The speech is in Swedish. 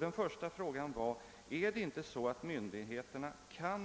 Den första frågan är: Kan inte myndigheterna